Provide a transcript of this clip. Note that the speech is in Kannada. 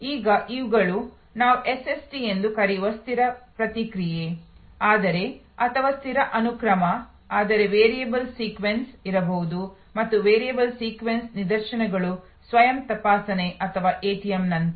ಈಗ ಇವುಗಳು ನಾವು ಎಸ್ಎಸ್ಟಿ ಎಂದು ಕರೆಯುವ ಸ್ಥಿರ ಪ್ರತಿಕ್ರಿಯೆ ಆದರೆ ಅಥವಾ ಸ್ಥಿರ ಅನುಕ್ರಮ ಆದರೆ ವೇರಿಯಬಲ್ ಸೀಕ್ವೆನ್ಸ್ ಇರಬಹುದು ಮತ್ತು ವೇರಿಯಬಲ್ ಸೀಕ್ವೆನ್ಸ್ ನಿದರ್ಶನಗಳು ಸ್ವಯಂ ತಪಾಸಣೆ ಅಥವಾ ಎಟಿಎಂನಂತೆ